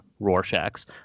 rorschachs